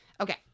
Okay